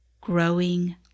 growing